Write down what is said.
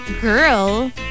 girl